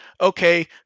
okay